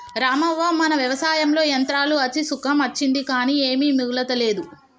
రామవ్వ మన వ్యవసాయంలో యంత్రాలు అచ్చి సుఖం అచ్చింది కానీ ఏమీ మిగులతలేదు